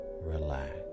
relax